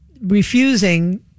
refusing